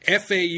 FAU